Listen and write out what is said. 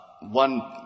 one